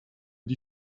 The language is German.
die